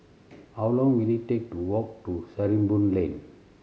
how long will it take to walk to Sarimbun Lane